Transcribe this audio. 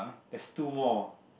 there's two more